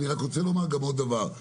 אני רוצה לומר עוד דבר.